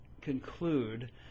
conclude